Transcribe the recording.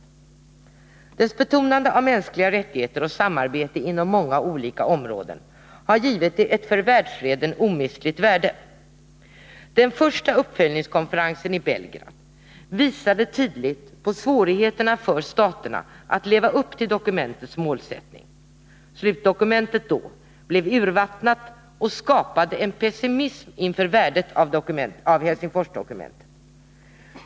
Dokumentets betonande av lämpliga rättigheter och samarbete inom många olika områden har givit det ett för världsfreden omistligt värde. Den första uppföljningskonferensen i Belgrad visade tydligt på svårigheterna för staterna att leva upp till dokumentets målsättning. Slutdokumentet då blev urvattnat och skapade en pessimism inför värdet av Helsingforsdokumentet.